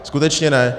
Skutečně ne.